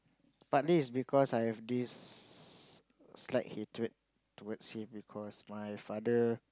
partly it's because I have this slight hatred towards him because my father